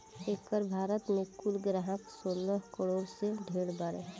एकर भारत मे कुल ग्राहक सोलह करोड़ से ढेर बारे